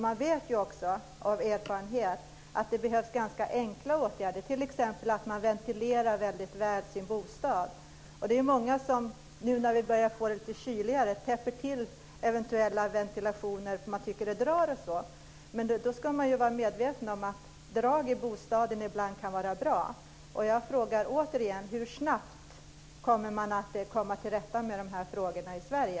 Man vet ju också av erfarenhet att det behövs ganska enkla åtgärder, t.ex. att man ventilerar sin bostad väldigt väl. Nu när vi börjar få det lite kyligt är det många som täpper till eventuella ventilationer därför att man tycker att det drar. Då ska man ju vara medveten om att drag i bostaden ibland kan vara bra. Jag frågar återigen: Hur snabbt kan man komma till rätta med de här frågorna i Sverige?